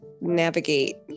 navigate